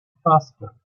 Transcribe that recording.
faster